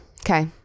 okay